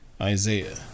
Isaiah